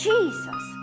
Jesus